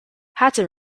hatton